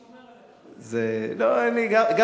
אנחנו נחמם את האווירה.